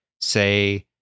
say